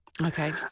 Okay